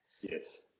yes